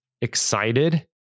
excited